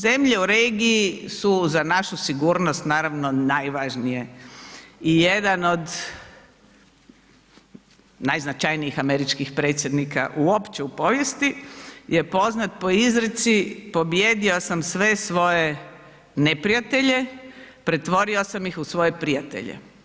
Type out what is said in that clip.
Zemlje u regiji su za našu sigurnost naravno najvažnije i jedan od najznačajnijih američkih predsjednika uopće u povijesti je poznat po izreci „pobijedio sam sve svoje neprijatelje, pretvorio sam ih u svoje prijatelje“